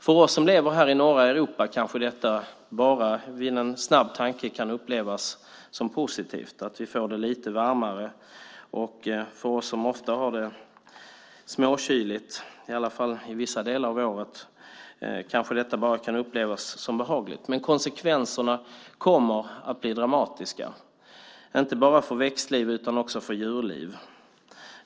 För oss som lever här i norra Europa kanske detta vid en snabb tanke bara kan upplevas som positivt - vi får det lite varmare. För oss som ofta har det småkyligt, i alla fall under vissa delar av året, kanske det bara kan upplevas som behagligt. Men konsekvenserna kommer att bli dramatiska, inte bara för växtliv utan också för djurliv.